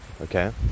okay